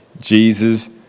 Jesus